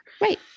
Right